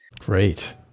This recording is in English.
Great